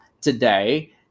today